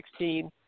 2016